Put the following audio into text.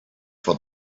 for